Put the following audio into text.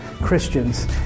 Christians